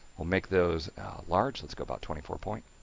we'll make those large, let's go about twenty four points,